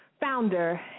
founder